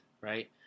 right